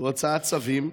והוצאת צווים,